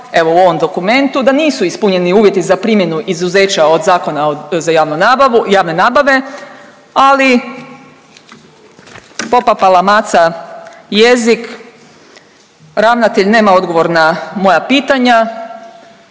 evo u ovom dokumentu da nisu ispunjeni uvjeti za primjenu izuzeća od Zakona za javnu nabavu, javne nabave, ali popala maca jezik, ravnatelj nema odgovor na moja pitanja,